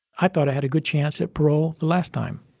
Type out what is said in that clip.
i thought i had a good chance at parole the last time.